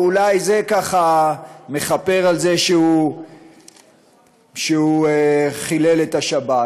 ואולי זה מכפר על זה שהוא חילל את השבת,